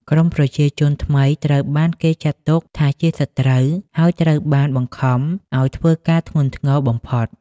ក្រុមប្រជាជនថ្មីត្រូវបានគេចាត់ទុកថាជា "សត្រូវ" ហើយត្រូវបានបង្ខំឱ្យធ្វើការធ្ងន់ធ្ងរបំផុត។